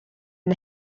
the